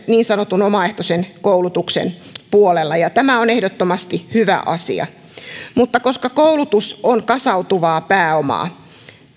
niin sanotun omaehtoisen koulutuksen puolella ja tämä on ehdottomasti hyvä asia mutta koska koulutus on kasautuvaa pääomaa